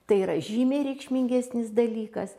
tai yra žymiai reikšmingesnis dalykas